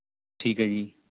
ਠੀਕ ਹੈ ਜੀ